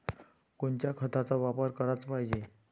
कोनच्या खताचा वापर कराच पायजे?